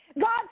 God